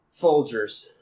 Folgers